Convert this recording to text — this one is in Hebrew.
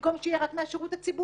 במקום שיהיו רק מהשירות הציבורי,